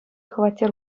хваттер